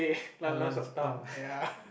lanlan suck thumb ah